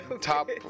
top